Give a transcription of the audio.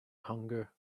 hunger